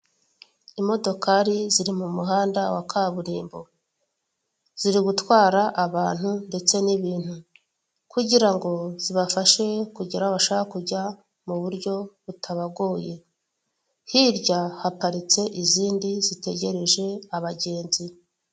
Imodokari ziri mu muhanda wa kaburimbo ziri gutwara abantu, ndetse n'ibintu kugira ngo zibafashe kugera aho bashaka kujya mu buryo butabagoye. Hirya haparitse izindi zitegereje abagenzi.